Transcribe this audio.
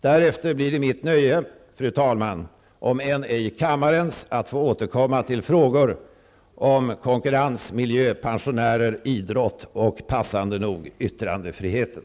Därefter blir det mitt nöje, fru talman, om än ej kammarens, att få återkomma till frågor om konkurrens, miljö, pensionärer, idrott och -- passande nog -- yttrandefriheten.